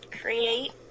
create